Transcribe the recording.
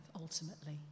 ultimately